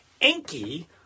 Enki